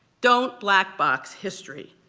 don't black-box history.